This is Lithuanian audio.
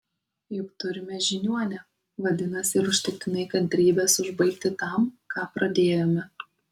juk turime žiniuonę vadinasi ir užtektinai kantrybės užbaigti tam ką pradėjome